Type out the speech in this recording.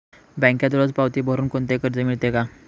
बँकेत रोज पावती भरुन कोणते कर्ज मिळते का?